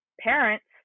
parents